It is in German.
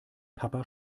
papa